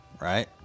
right